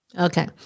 okay